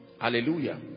Hallelujah